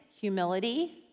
humility